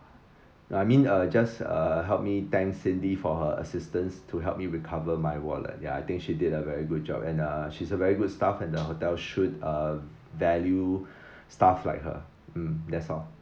I mean uh just uh help me thank cindy for her assistance to help me recover my wallet ya I think she did a very good job and uh she's a very good staff and the hotel should uh value staff like her mm that's all